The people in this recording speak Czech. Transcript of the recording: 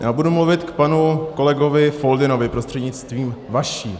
Já budu mluvit k panu kolegovi Foldynovi prostřednictvím vaším.